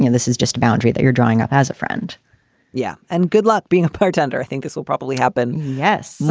and this is just a boundary that you're drying up as a friend yeah. and goodluck being a partner, i think this will probably happen. yes.